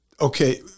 Okay